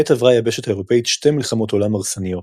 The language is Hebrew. עת עברה היבשת האירופאית שתי מלחמות עולם הרסניות,